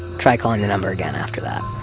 try calling the number again after that?